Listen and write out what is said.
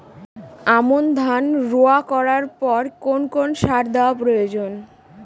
আমন ধান রোয়া করার পর কোন কোন সার দেওয়া প্রয়োজন?